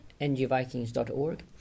NGvikings.org